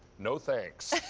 no, thanks.